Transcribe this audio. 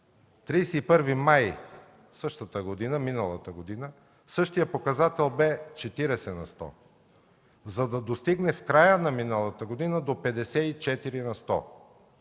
31 май 2013 г. същият показател бе 40 на сто, за да достигне в края на миналата година до 54 на сто.